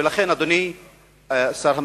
ולכן, אדוני שר המשפטים,